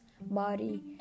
body